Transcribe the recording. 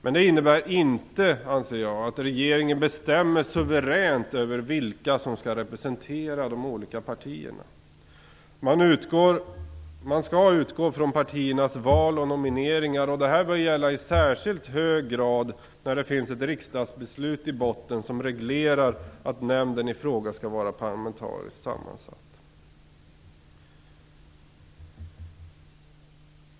Men jag anser inte att det innebär att regeringen suveränt skall bestämma över vilka som skall representera de olika partierna. Man skall utgå från partiernas val och nomineringar. Det bör i särskilt hög grad gälla när det finns ett riksdagsbeslut i botten som reglerar att nämnden i fråga skall vara parlamentariskt sammansatt.